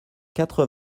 quatre